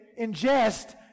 ingest